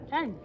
Ten